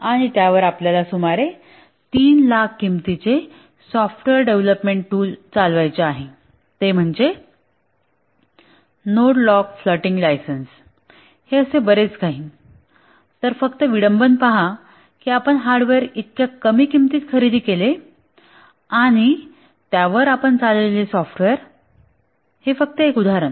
आणि त्यावर आपल्याला सुमारे 300000 किंमतीचे सॉफ्टवेअर डेव्हलपमेंट टूल चालवायचे आहे ते म्हणजे नोड लॉक फ्लोटिंग लायसन्स असे बरेच काही तर फक्त विडंबन पहा की आपण हार्डवेअर इतक्या कमी किंमतीत खरेदी केले आणि त्यावरील आपण चालवलेले सॉफ्टवेअर हे फक्त एक उदाहरण